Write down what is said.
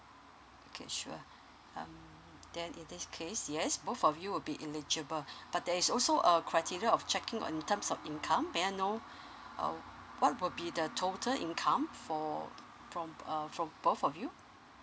okay sure uh then in this case yes both of you will be eligible but there is also a criteria of checking on terms of income may I know uh what will be the total income for prom~ (umuh for both of you